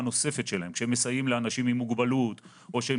כשהם מסייעים לאנשים עם מוגבלות או שהם